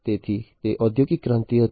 તેથી તે ઔદ્યોગિક ક્રાંતિ હતી